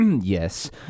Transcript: Yes